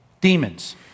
Demons